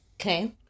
Okay